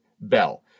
bell